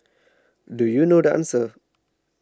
do you know the answer